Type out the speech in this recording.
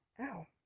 Ow